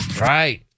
Right